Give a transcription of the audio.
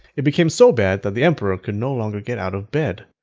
it became so bad that the emperor could no longer get out of bed.